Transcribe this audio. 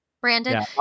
Brandon